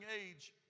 age